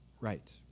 right